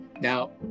now